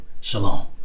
Shalom